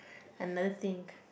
another thing